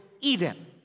Eden